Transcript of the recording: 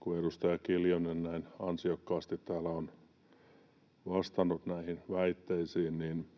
kun edustaja Kiljunen näin ansiokkaasti täällä on vastannut näihin väitteisiin.